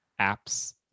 apps